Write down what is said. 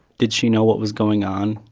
did she know what was going on?